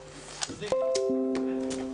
הישיבה ננעלה בשעה 11:00.